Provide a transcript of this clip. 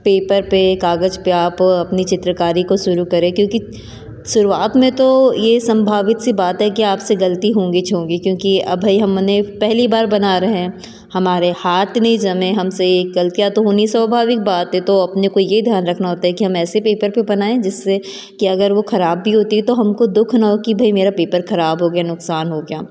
paper पे कागज पे आप अपनी चित्रकारी को शुरू करें क्योंकि शुरुआत में तो ये संभावित सी बात है कि आप से गलती होंगी तो होंगी क्योंकि अब भाई हमने पहली बार बना रहे हैं हमारे हाथ नहीं जमे हमसे गलतियाँ तो होनी स्वभाविक बात है तो अपने को यह ध्यान रखना होता है कि हम ऐसे पेपर पे बनाए जिससे कि अगर वो खराब भी होती है तो हमको दुख ना हो कि भाई मेरा पेपर खराब हो गया नुकसान हो गया